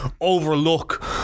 overlook